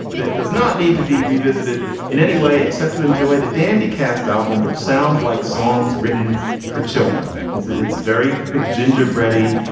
that does not need to be revisited in any way except to enjoy the dandy cast album, which sounds like songs written for children. it's it's very ginger bready.